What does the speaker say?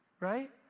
Right